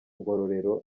ngororero